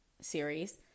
series